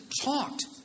talked